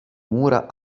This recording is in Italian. mura